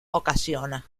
ocasiona